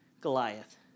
Goliath